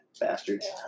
bastards